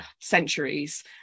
centuries